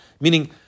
Meaning